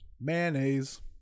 Mayonnaise